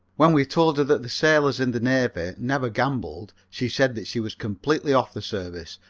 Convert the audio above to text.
when we told her that the sailors in the navy never gambled she said that she was completely off the service,